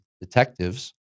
detectives